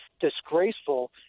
disgraceful